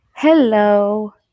Hello